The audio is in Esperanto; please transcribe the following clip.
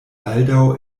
baldaŭ